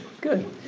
Good